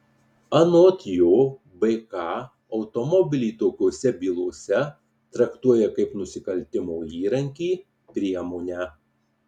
anot jo bk automobilį tokiose bylose traktuoja kaip nusikaltimo įrankį priemonę